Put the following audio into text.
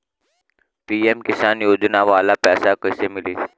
PM किसान योजना वाला पैसा कईसे मिली?